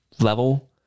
level